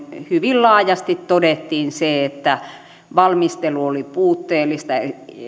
hyvin laajasti todettiin se että valmistelu oli puutteellista